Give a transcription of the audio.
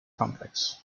complex